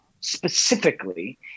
specifically